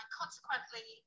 consequently